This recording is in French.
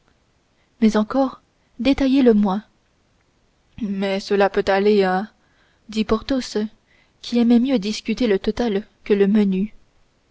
mais encore détaillez le moi mais cela peut aller à dit porthos qui aimait mieux discuter le total que le menu